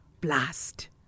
blast